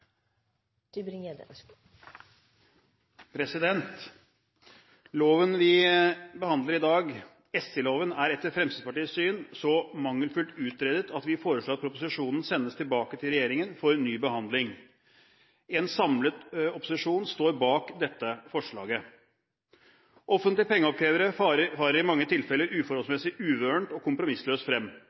Fremskrittspartiets syn så mangelfullt utredet at vi foreslår at proposisjonen sendes tilbake til regjeringen for ny behandling. En samlet opposisjon står bak dette forslaget. Offentlige pengeoppkrevere farer i mange tilfeller uforholdsmessig uvørent og kompromissløst frem.